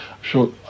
sure